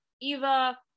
Eva